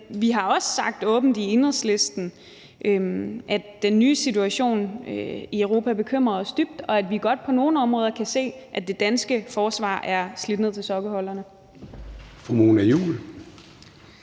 vi har også sagt åbent i Enhedslisten, at den nye situation i Europa bekymrer os dybt, og at vi på nogle områder godt kan se, at det danske forsvar er slidt ned til sokkeholderne.